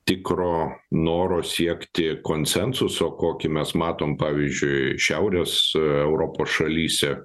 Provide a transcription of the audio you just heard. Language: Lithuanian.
tikro noro siekti konsensuso kokį mes matom pavyzdžiui šiaurės europos šalyse